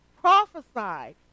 prophesied